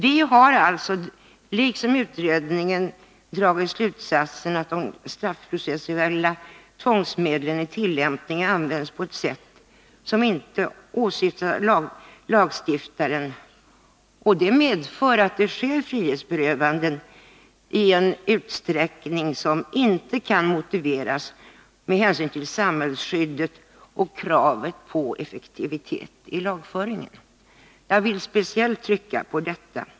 Vi har alltså liksom utredningen dragit slutsatsen att de straffprocessuella tvångsmedlen vid tillämpningen används på ett sätt som inte överensstämmer med lagstiftarens syfte. Detta medför att det sker frihetsberövanden i en utsträckning som inte kan motiveras med hänsyn till samhällsskyddet och kravet på effektivitet vid lagföringen. Jag vill speciellt trycka på detta.